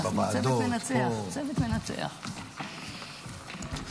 בניגוד להבטחות קודמות,